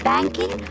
Banking